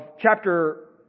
chapter